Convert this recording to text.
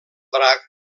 drac